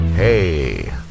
Hey